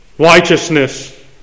Righteousness